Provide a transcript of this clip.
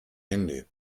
hände